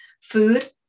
food